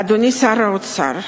אדוני שר האוצר,